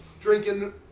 drinking